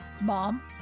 Mom